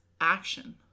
action